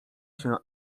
się